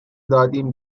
دادیم